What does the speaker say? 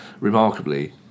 remarkably